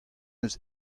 eus